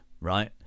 right